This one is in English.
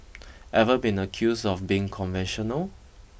ever been accused of being conventional